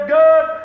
good